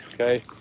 okay